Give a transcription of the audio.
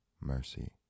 mercy